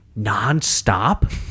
nonstop